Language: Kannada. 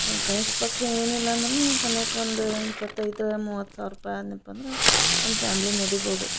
ಒಂದು ಕನಿಷ್ಟ ಪಕ್ಷ ಏನಿಲ್ಲ ಅಂದರೂನು ನಮ್ಮ ಸನಿಯಕ್ಕೆ ಒಂದ ಇಪ್ಪತೈದು ಮೂವತ್ತು ಸಾವ್ರ ರೂಪಾಯ್ ಅನ್ಯಪ್ಪ ಅಂದರ ಒಂದು ಫ್ಯಾಮ್ಲಿ ನಡಿಬೋದು